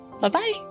Bye-bye